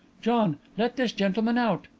john, let this gentleman out.